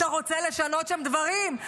אתה רוצה לשנות שם דברים?